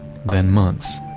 then months.